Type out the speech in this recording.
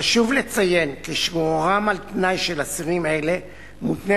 חשוב לציין כי שחרורם על-תנאי של אסירים אלה מותנה